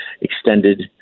extended